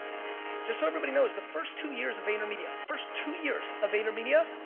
yeah just so everybody knows, the first two years of vayner media, first two years of vayner media,